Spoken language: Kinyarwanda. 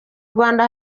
rwanda